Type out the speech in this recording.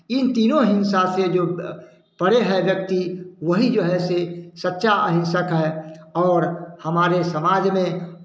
इन तीनों हिंसा से जो परे है व्यक्ति वही जो है से सच्चा अहिंसक है और हमारे समाज में